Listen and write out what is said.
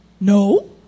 no